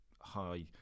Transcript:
high